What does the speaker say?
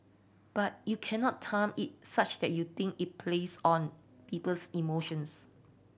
but you cannot time it such that you think it plays on people's emotions